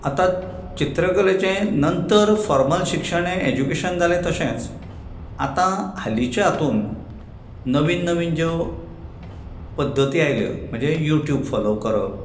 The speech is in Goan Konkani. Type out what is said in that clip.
आतां चित्रकलेचें नंतर फोर्मल शिक्षण हें एज्युकेशन जालें तशेंच आतां हालींच्या हातूंत नवीन नवीन ज्यो पद्दती आयल्यो म्हणजे युट्यूब फॉलो करप